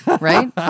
right